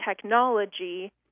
technology